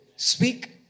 Speak